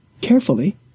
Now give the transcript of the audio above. Carefully